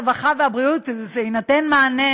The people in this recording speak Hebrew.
הרווחה והבריאות שיינתן מענה,